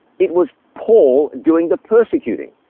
it was paul doing the persecuting.